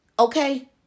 Okay